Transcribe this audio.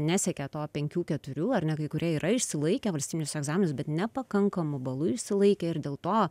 nesiekia to penkių keturių ar ne kai kurie yra išsilaikę valstybinius egzaminus bet nepakankamu balu išsilaikę ir dėl to